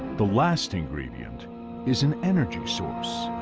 the last ingredient is an energy source,